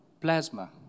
plasma